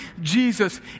Jesus